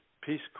peace